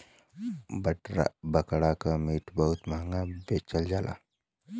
बकरा के मीट बहुते महंगा बेचल जाला